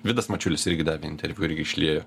vidas mačiulis irgi davė interviu irgi išliejo